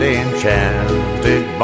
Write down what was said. enchanted